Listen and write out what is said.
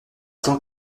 tant